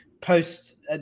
post